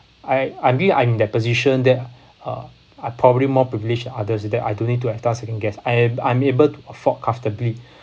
I I think I'm in the position that uh I probably more privileged than others in that I don't need to have tough second guess I'm I'm able to afford comfortably